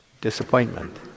Disappointment